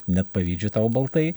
net pavydžiu tau baltai